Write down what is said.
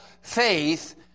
faith